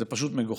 זה פשוט מגוחך.